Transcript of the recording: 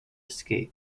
escape